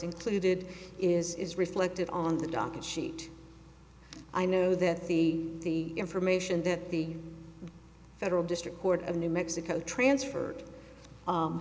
included is reflected on the docket sheet i know that the information that the federal district court of new mexico transferred